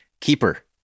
Keeper